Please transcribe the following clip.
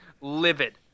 livid